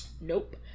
Nope